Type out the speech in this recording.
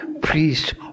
Priest